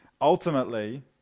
Ultimately